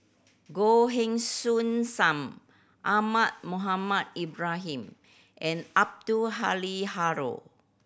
Goh Heng Soon Sam Ahmad Mohamed Ibrahim and Abdul Halim Haron